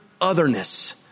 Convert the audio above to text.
otherness